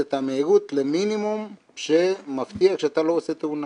את המהירות למינימום שמבטיח שאתה לא עושה תאונה.